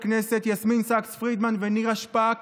הכנסת יסמין סאקס פרידמן ונירה שפק